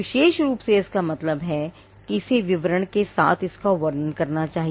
विशेष रूप से इसका मतलब है कि इसे विवरण के साथ इसका वर्णन करना चाहिए